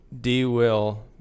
D-Will